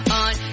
on